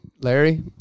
Larry